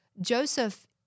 Joseph